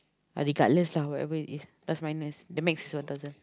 ah regardless lah whatever it is plus minus the max is one thousand